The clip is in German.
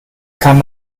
kann